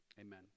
amen